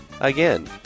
Again